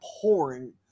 pouring